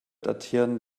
datieren